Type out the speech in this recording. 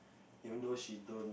even though she don't